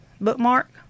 bookmark